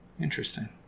Interesting